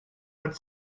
but